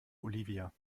olivia